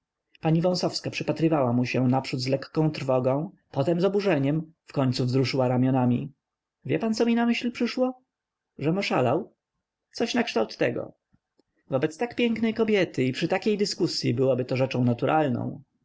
pani wąsowska przypatrywała mu się naprzód z lekką trwogą potem z oburzeniem wkońcu wzruszyła ramionami wie pan co mi na myśl przyszło żem oszalał coś nakształt tego wobec tak pięknej kobiety i przy takiej dyskusyi byłoby to rzeczą naturalną